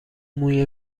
موی